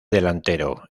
delantero